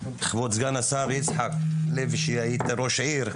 כבוד סגן השר יצחק הלוי שהיית ראש עיר.